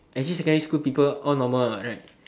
actually secondary school people all normal what right